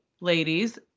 ladies